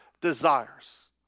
desires